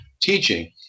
teaching